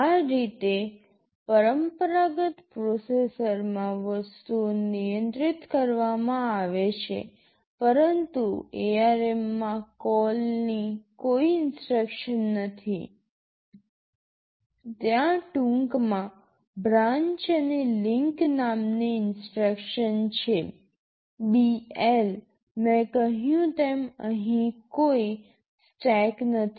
આ રીતે પરંપરાગત પ્રોસેસરમાં વસ્તુઓ નિયંત્રિત કરવામાં આવે છે પરંતુ ARM માં કોલની કોઈ ઇન્સટ્રક્શન નથી ત્યાં ટૂંકમાં બ્રાન્ચ અને લિંક નામની ઇન્સટ્રક્શન છે BL મેં કહ્યું તેમ અહીં કોઈ સ્ટેક નથી